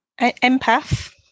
empath